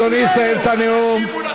אדוני יסיים את הנאום.